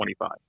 25